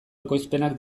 ekoizpenak